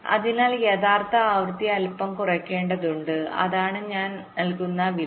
അതിനാൽ യഥാർത്ഥ ആവൃത്തി അല്പം കുറയ്ക്കേണ്ടതുണ്ട് അതാണ് ഞാൻ നൽകുന്ന വില